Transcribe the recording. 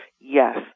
yes